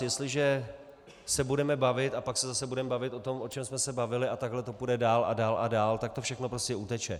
Jestliže se budeme bavit a pak se zase budeme bavit o tom, o čem jsme se bavili, a takhle to půjde dál a dál a dál, tak to všechno prostě uteče.